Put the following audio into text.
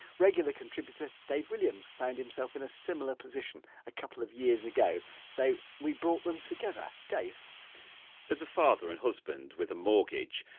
regular contributor dave williams found himself in a similar position a couple of years ago, so we brought them together as a father and husband with a mortgage,